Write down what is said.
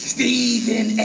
Stephen